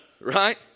Right